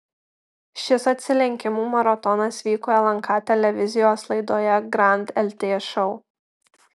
šis atsilenkimų maratonas vyko lnk televizijos laidoje grand lt šou